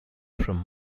from